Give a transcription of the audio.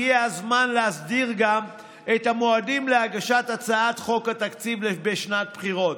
הגיע הזמן להסדיר גם את המועדים להגשת הצעת חוק התקציב בשנת בחירות.